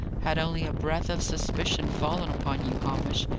had only a breath of suspicion fallen upon you, hamish,